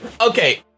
Okay